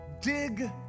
Dig